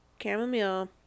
chamomile